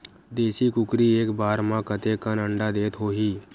देशी कुकरी एक बार म कतेकन अंडा देत होही?